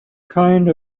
kind